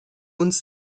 uns